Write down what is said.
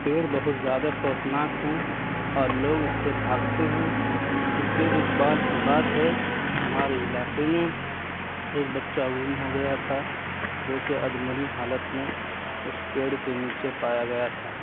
پیڑ بہت زیادہ خوفناک ہیں اور لوگ اس سے بھاگتے ہیں کیونکہ ایک بار کی بات ہے ہمارے علاقے میں ایک بچہ گم ہو گیا تھا جوکہ ادھمری حالت میں اس پیڑ کے نیچے پایا گیا تھا